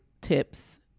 tips